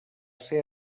ser